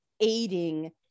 aiding